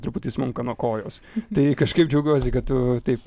truputį smunka nuo kojos tai kažkaip džiaugiuosi kad tu taip